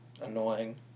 annoying